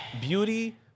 beauty